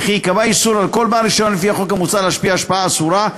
וכי ייקבע איסור על כל בעל רישיון לפי החוק המוצע להשפיע השפעה אסורה,